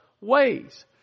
ways